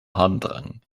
harndrang